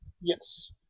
Yes